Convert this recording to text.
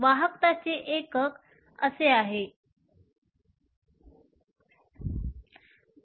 वाहकताचे एकक Ω 1 m 1 हे आहे